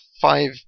five